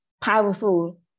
powerful